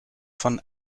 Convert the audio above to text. von